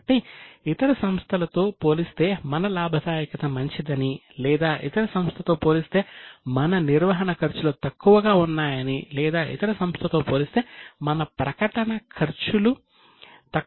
కాబట్టి ఇతర సంస్థలతో పోలిస్తే మన లాభదాయకత మంచిదని లేదా ఇతర సంస్థతో పోలిస్తే మన నిర్వహణ ఖర్చులు తక్కువగా ఉన్నాయని మనకు తెలుస్తుంది